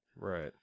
Right